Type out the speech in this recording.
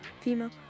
female